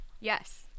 Yes